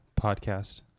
podcast